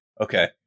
Okay